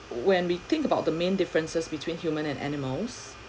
when we think about the main differences between humans and animals